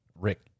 Rick